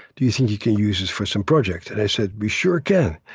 do you think you can use this for some project? and i said, we sure can.